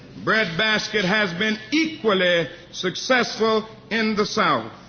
breadbasket has been equally successful in the south.